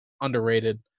underrated